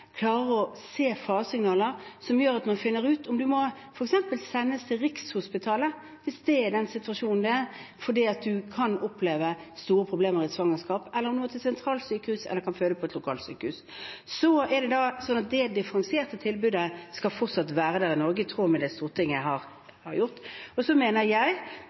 klarer å se faresignaler som gjør at man finner ut om du f.eks. må sendes til Rikshospitalet – hvis det er situasjonen, fordi man kan oppleve store problemer i et svangerskap – eller om man må til et sentralsykehus eller kan føde på et lokalsykehus. Det differensierte tilbudet skal fortsatt være der i Norge, i tråd med det Stortinget har sagt. Så mener jeg